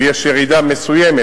יש ירידה מסוימת,